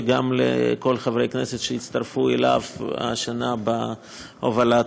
וגם לכל חברי הכנסת שהצטרפו אליו השנה בהובלת,